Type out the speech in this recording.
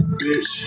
bitch